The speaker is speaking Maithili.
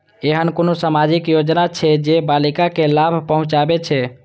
ऐहन कुनु सामाजिक योजना छे जे बालिका के लाभ पहुँचाबे छे?